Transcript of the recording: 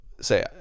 say